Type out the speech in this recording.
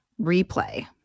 replay